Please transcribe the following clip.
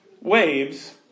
waves